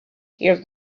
hear